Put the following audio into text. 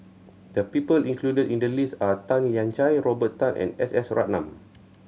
the people included in the list are Tan Lian Chye Robert Tan and S S Ratnam